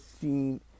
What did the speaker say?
seen